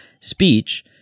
speech